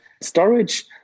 storage